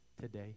today